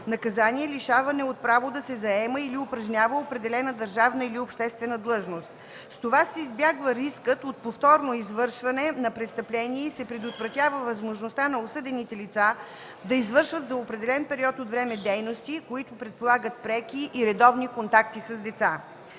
наказание лишаване от право да се заема или упражнява определена държавна или обществена длъжност. С това се избягва рискът от повторно извършване на престъпление и се предотвратява възможността на осъдените лица да извършват за определен период от време дейности, които предполагат преки и редовни контакти с деца.